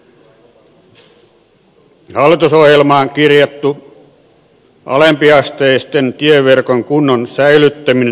hallitusohjelmaan kirjattu alempiasteisen tieverkon kunnon säilyttäminen ei toteudu